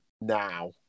now